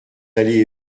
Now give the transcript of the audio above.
allées